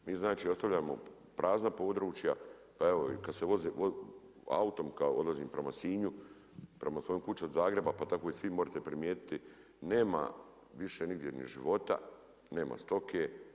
Mi znači ostavljamo prazna područja, pa evo i kad se vozim autom, kad odlazim prema Sinju prema svojoj kući od Zagreba pa tako i svi morete primijetiti nema više nigdje ni života, nema stoke.